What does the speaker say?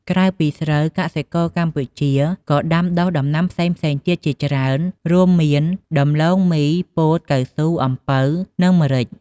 ក្រៅពីស្រូវ កសិករកម្ពុជាក៏ដាំដុះដំណាំផ្សេងៗទៀតជាច្រើន រួមមាន ដំឡូងមី ពោត កៅស៊ូ អំពៅ និងម្រេច។